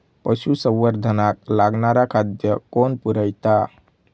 पशुसंवर्धनाक लागणारा खादय कोण पुरयता?